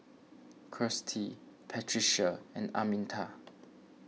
Kirstie Patricia and Arminta